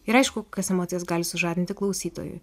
ir aišku kas emocijas gali sužadinti klausytojui